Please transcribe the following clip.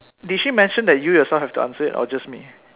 did she mention that you yourself have to answer it or just me